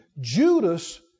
Judas